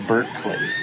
Berkeley